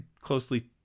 closely